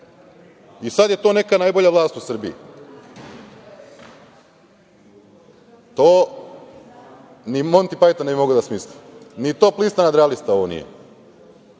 Sad je to neka najbolja vlast u Srbiji. To ni Monti Pajton ne bi mogao da smisli, ni „Top lista nadrealista“ ovo nije,